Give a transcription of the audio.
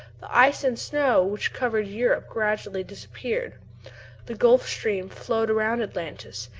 the ice and snow which covered europe gradually disappeared the gulf stream flowed around atlantis,